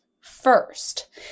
first